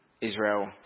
Israel